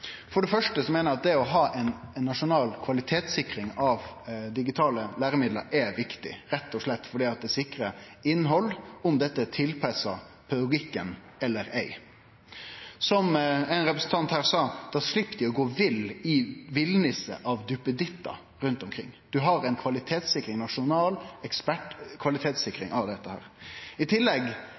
For det første meiner eg at det å ha ein nasjonal kvalitetssikring av digitale læremiddel er viktig, rett og slett fordi det sikrar innhald, om dette er tilpassa pedagogikken eller ei. Som ein representant her sa: Da slepp dei å gå vill i villniset av duppedittar rundt omkring. Ein har ein nasjonal ekspertkvalitetssikring av dette. I tillegg